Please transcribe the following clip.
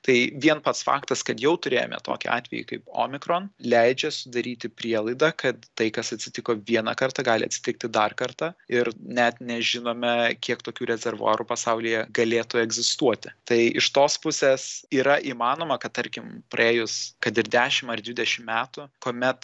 tai vien pats faktas kad jau turėjome tokį atvejį kaip omikron leidžia sudaryti prielaidą kad tai kas atsitiko vieną kartą gali atsitikti dar kartą ir net nežinome kiek tokių rezervuarų pasaulyje galėtų egzistuoti tai iš tos pusės yra įmanoma kad tarkim praėjus kad ir dešim ar dvidešim metų kuomet